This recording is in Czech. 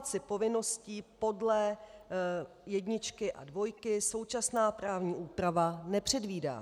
Kumulaci povinností podle jedničky a dvojky současná právní úprava nepředvídá.